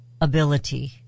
ability